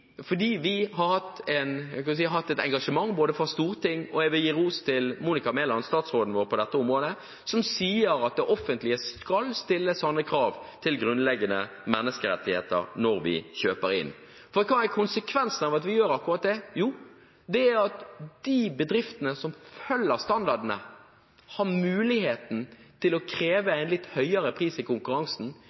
fordi vi har hatt et engasjement fra Stortinget. Jeg vil gi ros til Monika Mæland, statsråden vår på dette området, som sier at det offentlige skal stille krav til grunnleggende menneskerettigheter når man kjøper inn. Hva er konsekvensen av at vi gjør akkurat det? Jo, det er at de bedriftene som følger standardene, har mulighet til å kreve en litt høyere pris i konkurransen,